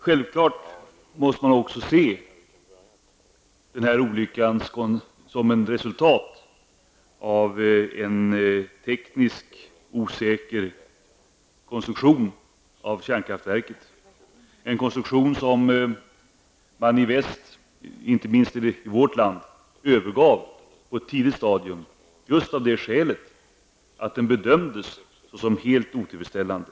Denna olycka måste självfallet också ses som ett resultat av kärnkraftverkets tekniskt osäkra konstruktion. Det är en konstruktion som man i väst, inte minst i vårt land, övergav på ett tidigt stadium, eftersom den bedömdes vara helt otillfredsställande.